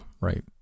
right